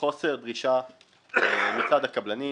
חוסר דרישה מצד הקבלנים.